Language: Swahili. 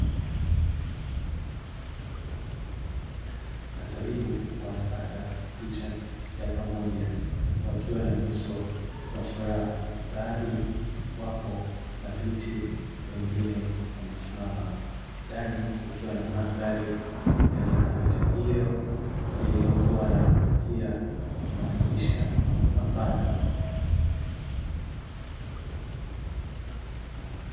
Matabibu wanapata picha ya pamoja, wakiwa na nyuso za furaha, baadhi wapo na viti, wengine wamesimama. Ndani kukiwa na mandhari ya zahanati hiyo iliyokuwa na mapazia na madirisha mapana.